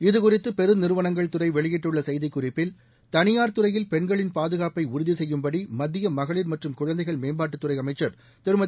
இதுகுறித்து பெரு நிறுவனங்கள் துறை வெளியிட்டுள்ள செய்திக்குறிப்பில் தனியார் துறையில் பெண்களின் பாதுகாப்பை உறுதி செய்யும்படி மத்திய மகளிர் மற்றும் குழந்தைகள் மேம்பாட்டுத்துறை அமைச்சர் திருமதி